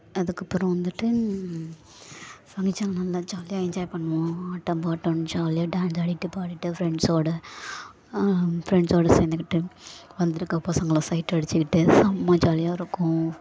அதுக்கப்புறம் வந்துவிட்டு ஃபங்க்ஷன் நல்லா ஜாலியாக என்ஜாய் பண்ணுவோம் ஆட்டம் பாட்டம்னு ஜாலியாக டான்ஸ் ஆடிகிட்டு பாடிகிட்டு ஃப்ரெண்ட்ஸோட ஃப்ரெண்ட்ஸோட சேர்ந்துக்கிட்டு வந்துருக்க பசங்களை சைட் அடிச்சிக்கிட்டு செம்ம ஜாலியாக இருக்கும்